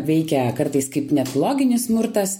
veikia kartais kaip net loginis smurtas